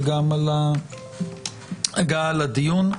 וגם על ההגעה לדיון.